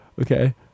Okay